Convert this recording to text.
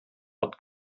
wird